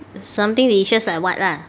something delicious like what lah